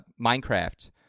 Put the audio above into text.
Minecraft